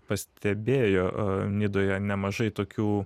pastebėjo nidoje nemažai tokių